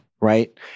Right